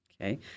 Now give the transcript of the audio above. Okay